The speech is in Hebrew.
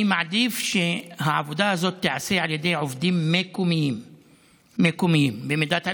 אני מעדיף שהעבודה הזאת תיעשה על ידי עובדים מקומיים במידת האפשר,